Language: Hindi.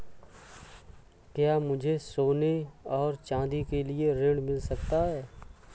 क्या मुझे सोने और चाँदी के लिए ऋण मिल सकता है?